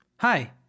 Hi